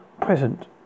present